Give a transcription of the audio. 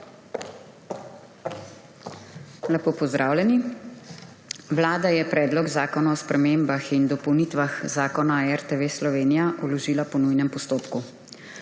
Lepo pozdravljeni! Vlada je Predlog zakona o spremembah in dopolnitvah Zakona o radioteleviziji Slovenija vložila po nujnem postopku.